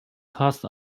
cast